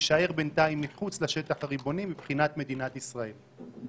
שיישאר בינתיים מחוץ לשטח הריבוני מבחינת מדינת ישראל.